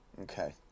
Okay